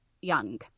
young